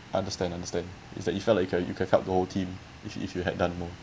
understand understand is that you felt like uh you can help the whole team if you if you had done more